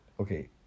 Okay